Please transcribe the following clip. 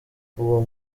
uwo